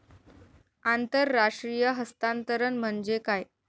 आंतरराष्ट्रीय हस्तांतरण म्हणजे काय?